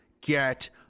get